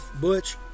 Butch